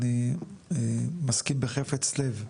אני מסכים בחפץ לב,